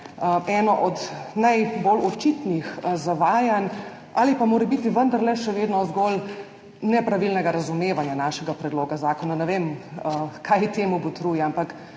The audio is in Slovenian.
eno od najbolj očitnih zavajanj ali pa morebiti še vedno zgolj nepravilno razumevanje našega predloga zakona. Ne vem, kaj temu botruje, ampak